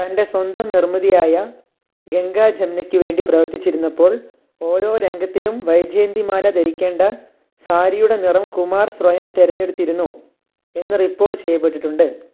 തൻ്റെ സ്വന്തം നിർമ്മിതിയായ ഗംഗാ ജമ്നയ്ക്ക് വേണ്ടി പ്രവർത്തിച്ചിരുന്നപ്പോൾ ഓരോ രംഗത്തിലും വൈജയന്തിമാല ധരിക്കേണ്ട സാരിയുടെ നിറം കുമാർ സ്വയം തിരഞ്ഞെടുത്തിരുന്നു എന്ന് റിപ്പോർട്ട് ചെയ്യപ്പെട്ടിട്ടുണ്ട്